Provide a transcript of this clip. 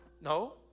No